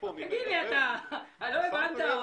לא יהיה טוב בשוק נתחיל להוריד או